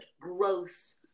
growth